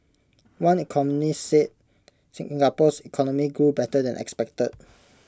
one economist said Singapore's economy grew better than expected